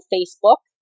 Facebook